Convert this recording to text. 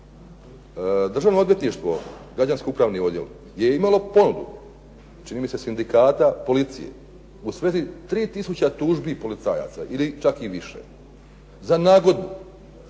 Državno odvjetništvo građansko-upravni odjel je imalo ponudu čini mi se Sindikata policije u sveti tri tisuće tužbi policajaca ili čak i više za nagodbu,